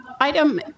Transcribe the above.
Item